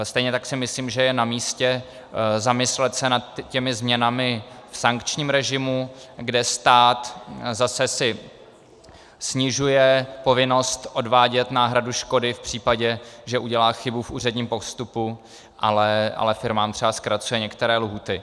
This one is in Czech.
Stejně tak si myslím, že je namístě se zamyslet nad změnami v sankčním režimu, kde si stát zase snižuje povinnost odvádět náhradu škody v případě, že udělá chybu v úředním postupu, ale firmám třeba zkracuje některé lhůty.